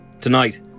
Tonight